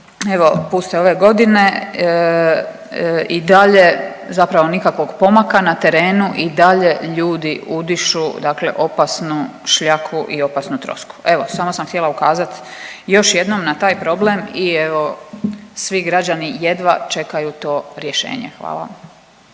puste ove godine, i dalje zapravo nikakvog pomaka na terenu, i dalje ljudi udišu dakle opasnu šljaku i opasnu trosku. Evo, samo sam htjela ukazati još jednom na taj problem i evo, svi građani jedva čekaju to rješenje. Hvala.